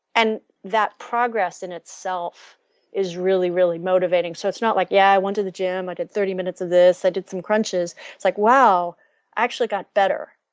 and that progress in itself is really, really motivating. so it's not like yeah i went to the gym, i did thirty minutes of this, i did some crunches. it's like wow, i actually got better.